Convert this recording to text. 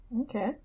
Okay